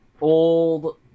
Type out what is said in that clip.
Old